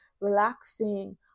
relaxing